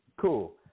Cool